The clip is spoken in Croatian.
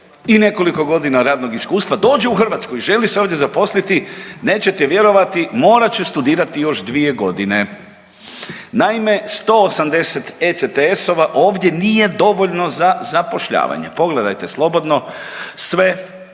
i nekoliko godina radnog iskustva dođe u Hrvatsku i želi se ovdje zaposliti nećete vjerovati morat će studirati još dvije godine. Naime, 180 ECTS-ova ovdje nije dovoljno za zapošljavanje. Pogledajte slobodno sve